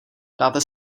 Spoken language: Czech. dáte